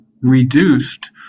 reduced